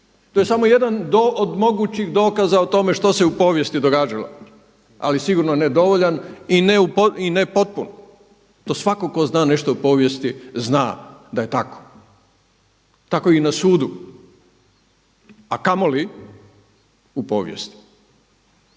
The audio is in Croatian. To je samo jedan od mogućih dokaza o tome što se u povijesti događalo. Ali sigurno ne dovoljan i ne potpun to svatko tko zna nešto o povijesti zna da je tako. Tako i na sudu, a kamoli u povijesti.